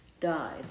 died